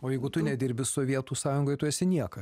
o jeigu tu nedirbi sovietų sąjungoj tu esi niekas